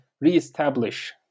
reestablish